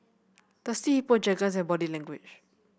Thirsty Hippo Jergens and Body Language